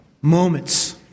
moments